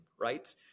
right